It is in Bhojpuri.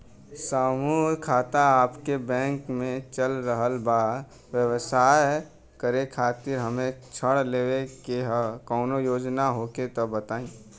समूह खाता आपके बैंक मे चल रहल बा ब्यवसाय करे खातिर हमे ऋण लेवे के कौनो योजना होखे त बताई?